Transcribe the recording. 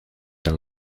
can